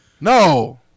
No